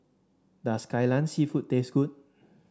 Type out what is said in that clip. does Kai Lan seafood taste good